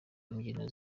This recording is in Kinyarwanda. imbyino